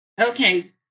Okay